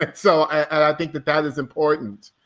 ah so i think that that is important.